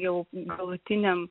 jau galutiniam